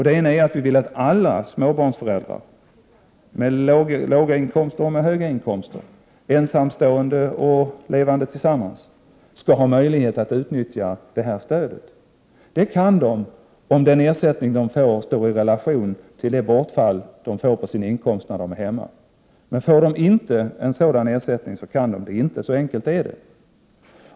Det ena är att vi vill att alla småbarnsföräldrar, de med låga inkomster och de med höga inkomster, ensamstående och de som lever tillsammans, skall ha möjlighet att utnyttja det här stödet. Det kan de, om den ersättning de får står i relation till det bortfall de får på sin inkomst när de är hemma. Men får de inte en sådan ersättning, kan de inte vara hemma. Så enkelt är det.